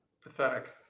Pathetic